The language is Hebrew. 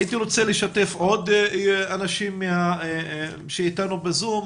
הייתי רוצה לשתף עוד אנשים שנמצאים איתנו בזום,